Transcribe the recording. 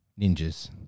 Ninjas